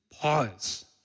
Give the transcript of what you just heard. pause